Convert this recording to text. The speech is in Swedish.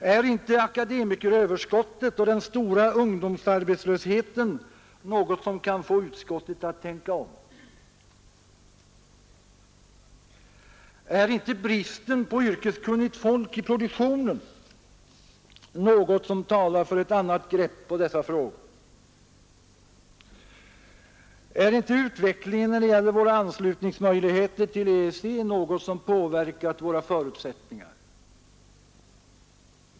Är inte akademikeröverskottet och den stora ungdomsarbetslösheten något som kan få utskottet att tänka om? Är inte bristen på yrkeskunnigt folk i produktionen något som talar för ett annat grepp om dessa frågor? Är inte utvecklingen när det gäller våra anslutningsmöjligheter till EEC något som påverkat våra förutsättningar?